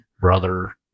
Brother